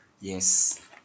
Yes